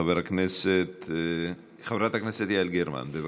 חברת הכנסת יעל גרמן, בבקשה.